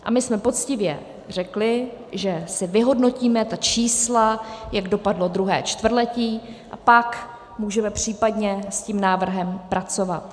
A my jsme poctivě řekli, že si vyhodnotíme ta čísla, jak dopadlo druhé čtvrtletí, a pak si můžeme případně s tím návrhem pracovat.